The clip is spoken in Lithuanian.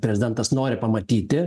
prezidentas nori pamatyti